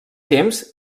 temps